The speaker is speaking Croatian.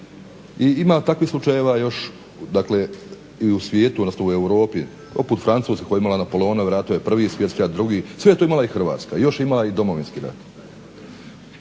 ima takvih slučajeva još, dakle i u svijetu, odnosno u Europi poput Francuske koja je imala Napoleonove ratove, prvi svjetski rat, drugi, sve je to imala i Hrvatska, još ima i Domovinski rat.